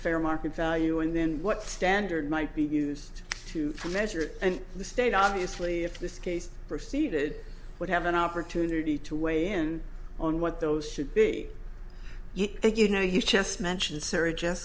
fair market value and then what standard might be used to from measure and the state obviously if this case proceeded would have an opportunity to weigh in on what those should be you know you just mentioned sarah je